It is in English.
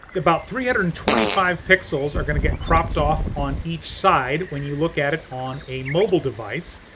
about three hundred and twenty five pixels are gonna get cropped off on each side when you look at it on a mobile device.